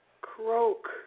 Croak